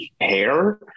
hair